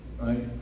Right